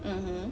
mmhmm